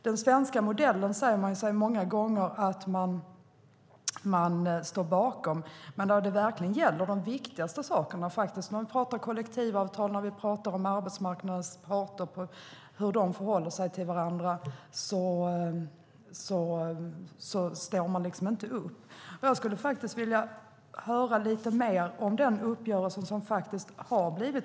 Den svenska modellen säger man sig många gånger stå bakom, men när det verkligen gäller de viktigaste sakerna - kollektivavtal, arbetsmarknadens parter och hur de förhåller sig till varandra - står man inte upp för det. Jag skulle vilja höra lite mer om den uppgörelse som har träffats.